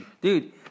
Dude